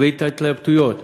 ואת ההתלבטויות.